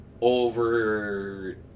over